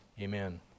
Amen